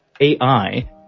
AI